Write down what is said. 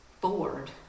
bored